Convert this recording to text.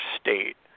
state